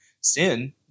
sin